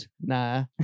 Nah